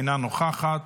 אינה נוכחת,